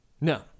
No